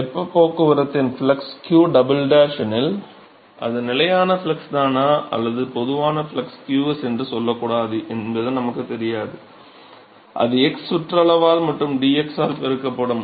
எனவே வெப்பப் போக்குவரத்தின் ஃப்ளக்ஸ் q" எனில் அது நிலையான ஃப்ளக்ஸ் தானா அல்லது பொதுவான ஃப்ளக்ஸ் qs என்று சொல்லக்கூடாது என்பது நமக்குத் தெரியாது அது x சுற்றளவால் மற்றும் dx ஆல் பெருக்கப்படும்